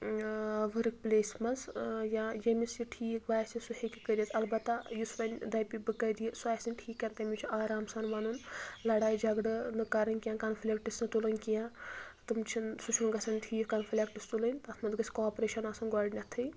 work پِلیسہِ منٛز یا ییٚمِس یہِ ٹھیٖک باسہِ سُہ ہٮ۪کہِ کٔرِتھ اَلبتہ یُس وَن دَپہِ بہٕ کَرٕ یہِ سُہ آسہِ نہٕ ٹھیٖک تٔمِس چھُ آرام سان وَنُن لڑایہ جگڑٕ نہٕ کَرٕنۍ کیٚنٛہہ کِنفِلِکٹس نہٕ تُلٕنۍ کیٚنٛہہ تِم چھنہٕ سُہ چھُ نہٕ گژھان ٹھیٖک کِنفِلِکٹٕس تُلنۍ تَتھ منٛز گژھِ کاپریشن آسٕنۍ گۄڈٕنیٚتھٕے